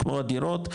כמו הדירות,